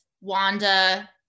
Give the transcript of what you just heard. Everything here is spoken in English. Wanda